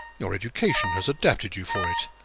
your education has adapted you for it.